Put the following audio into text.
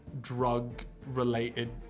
drug-related